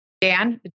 Dan